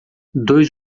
dois